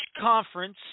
conference